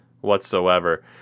whatsoever